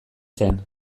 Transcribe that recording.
zen